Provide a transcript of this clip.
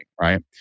Right